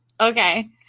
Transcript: Okay